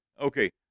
okay